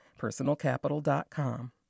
personalcapital.com